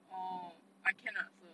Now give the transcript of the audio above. orh I can lah so